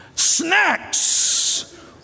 Snacks